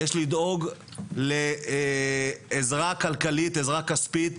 יש לדאוג לעזרה כלכלית, עזרה כספית בשידרוג,